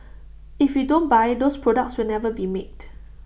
if you don't buy those products will never be made